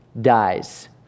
dies